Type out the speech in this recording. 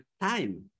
time